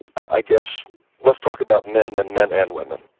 i guess let's talk about men then men and women,